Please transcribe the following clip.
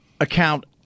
account